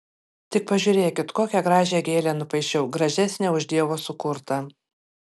tik pažiūrėkit kokią gražią gėlę nupaišiau gražesnę už dievo sukurtą